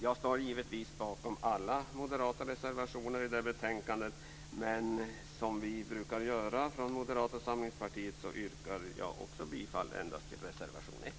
Jag står givetvis bakom alla moderata reservationer i det här betänkandet, men i enlighet med vad vi brukar göra inom Moderata samlingspartiet yrkar jag bifall endast till reservation 1.